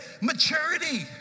maturity